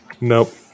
Nope